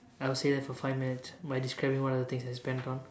I would say that for five minutes by describing one of the things I spent on